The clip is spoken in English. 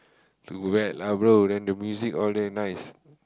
to go back lah bro then the music all there nice